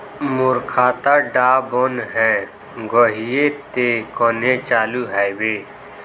मोर खाता डा बन है गहिये ते कन्हे चालू हैबे?